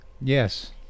yes